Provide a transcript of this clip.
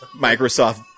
Microsoft